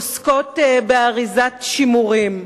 עוסקות באריזת שימורים,